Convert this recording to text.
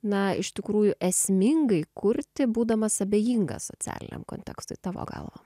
na iš tikrųjų esmingai kurti būdamas abejingas socialiniam kontekstui tavo galva